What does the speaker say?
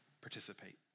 participate